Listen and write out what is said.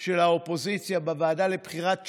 של האופוזיציה בוועדה לבחירת שופטים.